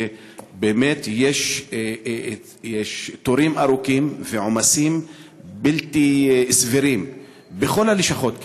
בכך שיש תורים ארוכים ועומסים בלתי סבירים בכל הלשכות כמעט.